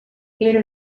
era